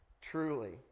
truly